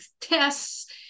tests